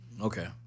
Okay